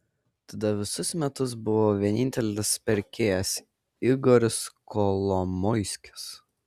tada visus metus buvo vienintelis pirkėjas igoris kolomoiskis